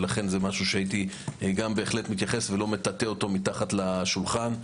ולכן הייתי בהחלט מתייחס לזה ולא מטאטא את זה מתחת לשולחן.